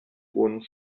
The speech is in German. uns